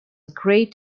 great